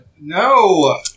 no